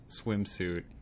swimsuit